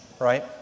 right